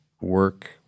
work